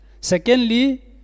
Secondly